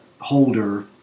holder